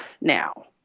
now